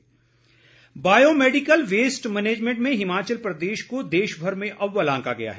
पुरस्कार biomedical waste management में हिमाचल प्रदेश को देशभर में अव्वल आंका गया है